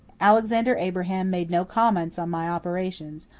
alexander abraham made no comments on my operations,